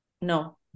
No